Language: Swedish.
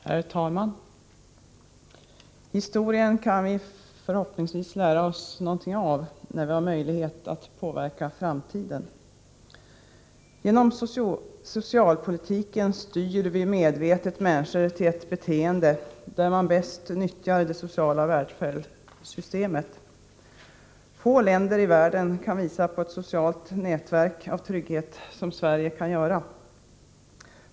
Herr talman! Historien kan förhoppningsvis lära oss något när vi har möjlighet att påverka framtiden. Genom socialpolitiken styr vi medvetet människor till ett beteende där man bäst nyttjar det sociala välfärdssystemet. Få länder i världen kan visa på ett sådant socialt nätverk av trygghet som Sverige kan göra.